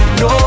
no